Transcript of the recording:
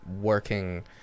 working